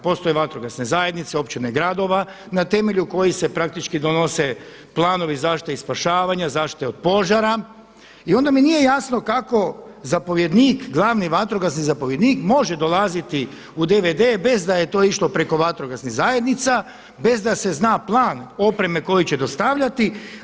Postoje vatrogasne zajednice općine i gradova na temelju kojih se praktički donose planovi zaštite i spašavanja, zaštite od požara i onda mi nije jasno kako zapovjednik glavni vatrogasni zapovjednik može dolaziti u DVD bez da je to išlo preko vatrogasnih zajednica, bez da se zna plan opreme koji će dostavljati.